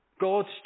God's